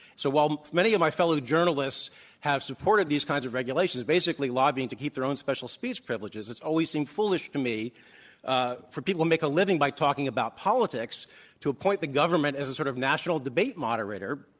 so while many of my fellow journalists have supported these kinds of regulations, basically lobbying to keep their own special speech privileges, it's always seemed foolish to me ah for people who make a living by talking about politics to appoint the government as a sort of national debate moderator,